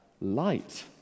light